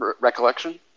recollection